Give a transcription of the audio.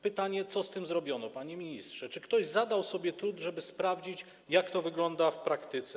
Pytanie: Co z tym zrobiono, panie ministrze, czy ktoś zadał sobie trud, żeby sprawdzić, jak to wygląda w praktyce?